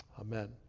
Amen